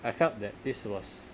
I felt that this was